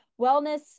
wellness